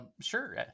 Sure